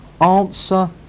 answer